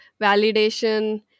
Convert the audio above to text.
validation